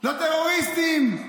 לטרוריסטים.